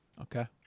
Okay